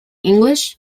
english